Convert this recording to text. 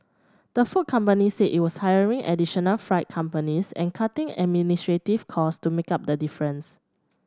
the food company said it was hiring additional freight companies and cutting administrative cost to make up the difference